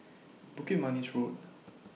Bukit Manis Road